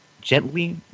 gently